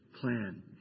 plan